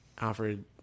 Alfred